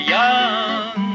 young